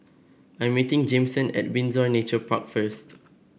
I'm meeting Jameson at Windsor Nature Park first